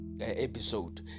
episode